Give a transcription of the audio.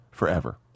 forever